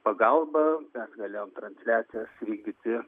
pagalba mes galėjom transliacijas vykdyti